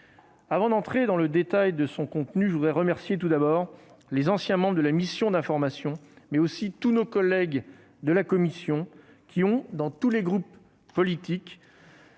Avant d'entrer dans le détail de son contenu, je voudrais remercier, tout d'abord, les anciens membres de la mission d'information, mais aussi tous nos collègues de la commission qui, quel que soit leur groupe politique,